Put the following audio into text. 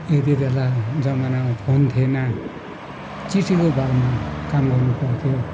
यति बेला जमानामा फोन थिएन चिठीको भरमा काम गर्नुपर्थ्यो